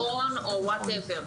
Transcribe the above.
מעון או כל דבר אחר.